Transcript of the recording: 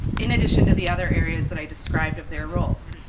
in addition to the other areas that i described of their roles.